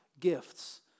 gifts